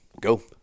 go